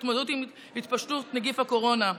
התמודדות עם התפשטות נגיף הקורונה,